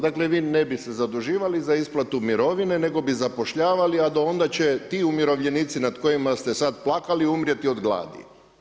Dakle vi ne bi se zaduživali za isplatu mirovine nego bi zapošljavali a do onda će ti umirovljenici nad kojima sete sad plakali, umrijeti od gladi.